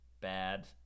bad